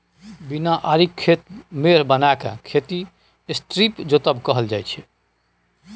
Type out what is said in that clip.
बिना आरिक खेत मेढ़ बनाए केँ खेती स्ट्रीप जोतब कहल जाइ छै